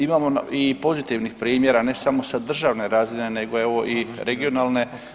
Imamo i pozitivnih primjera ne samo sa državne razine nego evo i regionalne.